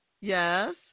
Yes